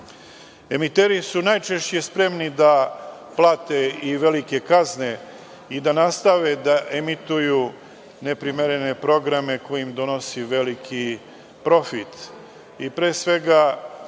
sada. Emiteri su najčešće spremni da plate i velike kazne i da nastave da emituju neprimerene programe koji im donose veliki profit. Pre svega,